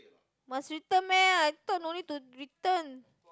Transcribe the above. must return meh I thought don't need to return